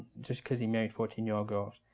just because he married fourteen year old girls.